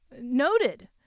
noted